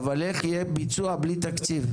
אבל איך יהיה ביצוע בלי תקציב?